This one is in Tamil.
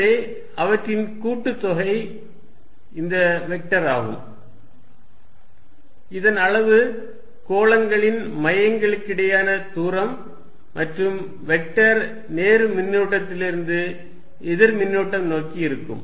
எனவே அவற்றின் கூட்டுத்தொகை இந்த வெக்டர் ஆகும் இதன் அளவு கோளங்களின் மையங்களுக்கிடையேயான தூரம் மற்றும் வெக்டர் நேர் மின்னூட்டத்திலிருந்து எதிர்மின்னூட்டம் நோக்கி இருக்கும்